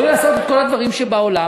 יכולים לעשות את כל הדברים שבעולם,